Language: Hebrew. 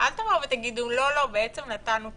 דין שפורסם לפני כשנתיים-שלוש